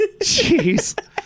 Jeez